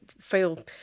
feel